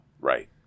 right